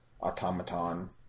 automaton